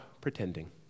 pretending